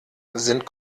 sind